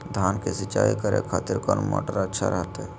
धान की सिंचाई करे खातिर कौन मोटर अच्छा रहतय?